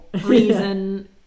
reason